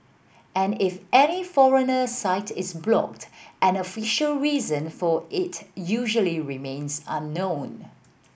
and if any foreigner site is blocked an official reason for it usually remains unknown